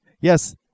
Yes